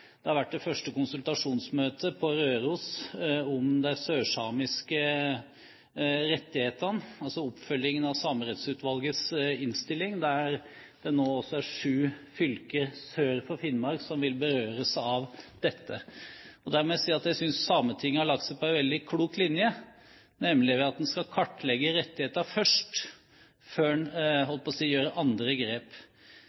det har vært et første konsultasjonsmøte på Røros om de sørsamiske rettighetene, altså oppfølgingen av Samerettsutvalgets innstilling, der sju fylker sør for Finnmark nå vil bli berørt. Der synes jeg at Sametinget har lagt seg på en veldig klok linje, nemlig at man først skal kartlegge rettigheter før en